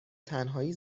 تنهایی